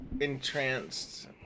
entranced